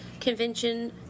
convention